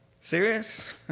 Serious